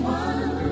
one